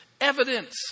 evidence